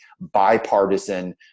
bipartisan